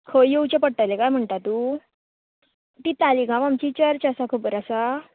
खंय येवचें पडटलें कांय म्हणटा तूं ती तालिगांव आमची चर्च आसा खबर आसा